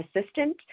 assistant